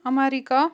America